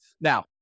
Now